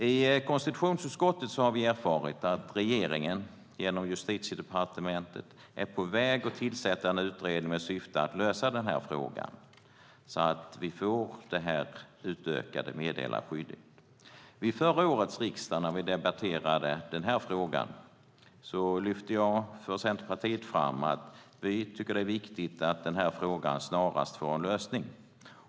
I konstitutionsutskottet har vi erfarit att regeringen, genom Justitiedepartementet, är på väg att tillsätta en utredning med syfte att lösa den här frågan, så att vi får det här utökade meddelarskyddet. När vi debatterade den här frågan förra året i riksdagen lyfte jag för Centerpartiet fram att vi tyckte att det var viktigt att den här frågan snarast skulle få en lösning.